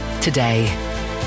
today